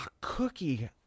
cookie